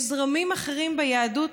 יש זרמים אחרים ביהדות